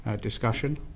discussion